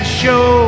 show